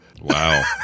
Wow